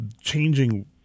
changing